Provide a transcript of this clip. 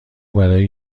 برای